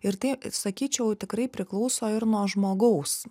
ir tai sakyčiau tikrai priklauso ir nuo žmogaus